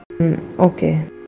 okay